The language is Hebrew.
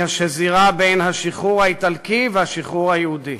היא השזירה בין השחרור האיטלקי והשחרור היהודי.